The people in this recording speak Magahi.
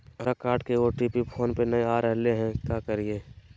हमर कार्ड के ओ.टी.पी फोन पे नई आ रहलई हई, का करयई?